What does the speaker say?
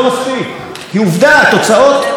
התוצאות הן איומות ונוראות.